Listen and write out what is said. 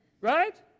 Right